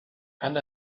and